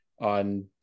On